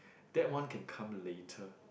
that one can come later